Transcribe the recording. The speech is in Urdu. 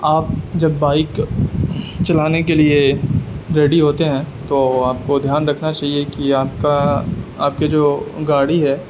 آپ جب بائک چلانے کے لیے ریڈی ہوتے ہیں تو آپ کو دھیان رکھنا چاہیے کہ آپ کا آپ کے جو گاڑی ہے